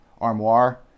armoire